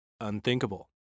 Unthinkable